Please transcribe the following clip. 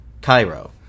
Cairo